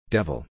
Devil